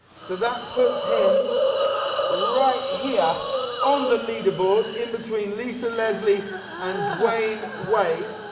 so that puts him right here on the leaderboard, in between lisa leslie and dwane wade.